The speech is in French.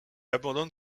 abandonne